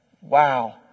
wow